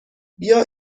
بیا